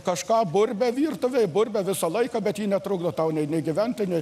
kažką burbia virtuvėj burbia visą laiką bet ji netrukdo tau nei gyventi nei